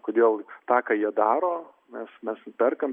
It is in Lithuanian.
kodėl tą ką jie daro mes mes perkame